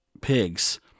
pigs